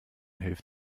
hilft